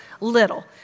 little